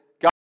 God